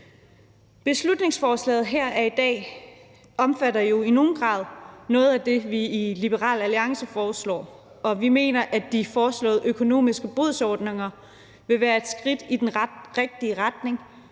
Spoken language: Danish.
Beslutningsforslaget her i dag omfatter jo i nogen grad noget af det, som vi i Liberal Alliance foreslår, og vi mener, at de foreslåede økonomiske bodsordninger vil være et skridt i den rigtige retning